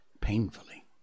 painfully